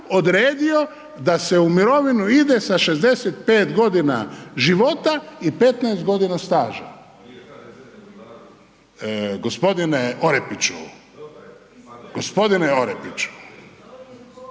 odredio da se u mirovinu ide sa 65 godina života i 15 godina staža. … /Upadica se